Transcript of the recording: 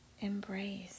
embrace